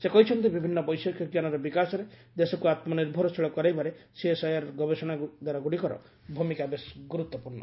ସେ କହିଛନ୍ତି ବିଭିନ୍ନ ବୈଷୟିକ ଜ୍ଞାନର ବିକାଶରେ ଦେଶକୁ ଆତ୍ମନିର୍ଭରଶୀଳ କରାଇବାରେ ସିଏସ୍ଆଇଆର୍ର ଗବେଷଣାଗାରଗୁଡ଼ିକର ଭୂମିକା ବେଶ୍ ମହତ୍ତ୍ୱପୂର୍ଣ୍ଣ